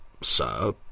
sir